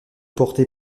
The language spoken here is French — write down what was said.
porté